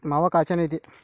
मावा कायच्यानं येते?